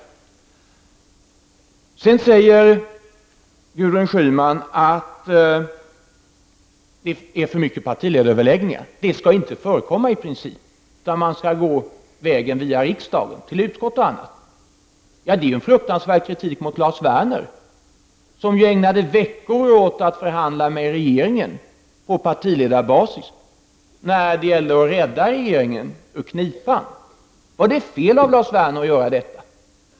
Gudrun Schyman säger vidare att det förekommer för många partiledaröverläggningar. De skall i princip inte få förekomma. Man skall gå vägen via riksdagen till utskotten osv. Ja, detta är ju en fruktansvärd kritik mot Lars Werner. Han ägnade veckor åt att förhandla med regeringen på partiledarbasis när det gällde att rädda regeringen ur knipan. Var det fel av Lars Werner att göra detta?